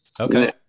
Okay